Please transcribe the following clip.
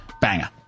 banger